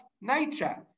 nature